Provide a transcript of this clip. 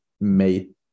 made